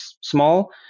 small